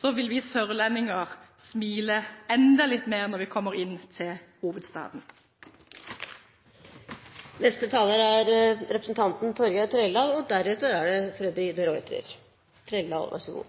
Da vil vi sørlendinger smile enda litt mer når vi kommer inn til hovedstaden. I debatten her i dag har det vært tatt opp mye viktig samferdselsproblematikk som det